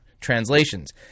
translations